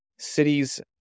cities